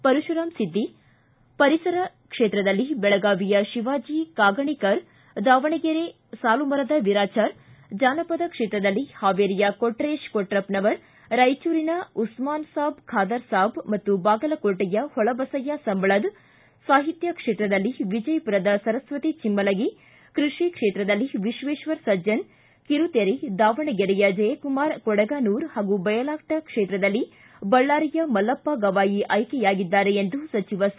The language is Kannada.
ಪರಿಸರ ಕ್ಷೇತ್ರದಲ್ಲಿ ಬೆಳಗಾವಿಯ ಶಿವಾಜಿ ಕಾಗಣಿಕರ್ ದಾವಣಗೆರೆ ಸಾಲುಮರದ ವಿರಾಜಾರ್ ಜಾನಪದ ಕ್ಷೇತ್ರದಲ್ಲಿ ಹಾವೇರಿಯ ಕೊಟ್ರೇಶ್ ಕೊಟ್ರಪ್ಪನವರ ರಾಯಚೂರಿನ ಉಸ್ಮಾನ್ ಸಾಬ್ ಖಾದರ್ ಸಾಬ್ ಮತ್ತು ಬಾಗಲಕೋಟೆಯ ಹೊಳಬಸಯ್ಯ ಸಂಬಳದ ಸಾಹಿತ್ಯ ಕ್ಷೇತ್ರದಲ್ಲಿ ವಿಜಯಪುರದ ಸರಸ್ವಕಿ ಚಿಮ್ಲಗಿ ಕೃಷಿ ಕ್ಷೇತ್ರದಲ್ಲಿ ವಿಶ್ವೇಶ್ವರ ಸಜ್ಜನ್ ಕಿರುತೆರೆ ದಾವಣಗೆರೆಯ ಜಯಕುಮಾರ್ ಕೊಡಗಾನೂರ ಹಾಗೂ ಬಯಲಾಟ ಕ್ಷೇತ್ರದಲ್ಲಿ ಬಳ್ಳಾರಿಯ ಮಲ್ಲಪ್ಪ ಗವಾಯಿ ಆಯ್ಕೆಯಾಗಿದ್ದಾರೆ ಎಂದು ಸಚಿವ ಸಿ